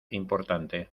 importante